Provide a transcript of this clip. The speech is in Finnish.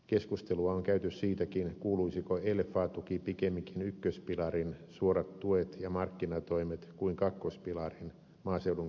keskustelua on käyty siitäkin kuuluisiko lfa tuki pikemminkin ykköspilarin suorat tuet ja markkinatoimet kuin kakkospilarin maaseudun kehittäminen alle